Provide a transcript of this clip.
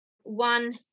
one